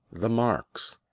the marks